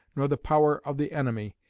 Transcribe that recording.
nor the power of the enemy,